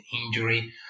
injury